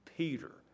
Peter